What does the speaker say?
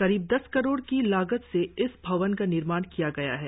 करीब दस करोड़ की लागत से इस भवन का निर्माण किया गया है